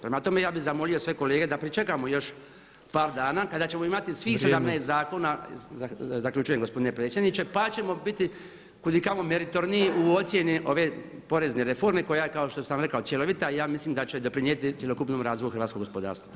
Prema tome, ja bih zamolio sve kolege da pričekamo još par dana kada ćemo imati svih 17 zakona, [[Upadica: Vrijeme.]] zaključujem gospodine predsjedniče, pa ćemo biti kudikamo meritorniji u ocjeni ove porezne reforme koja je kao što sam rekao cjelovita i ja mislim da će doprinijeti cjelokupnom razvoju hrvatskoga gospodarstva.